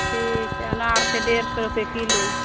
ठीक छै अनार छै डेढ़ सए रुपये किलो